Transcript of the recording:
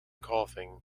coughing